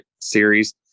series